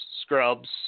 scrubs